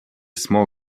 small